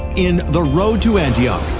in the road to antioch,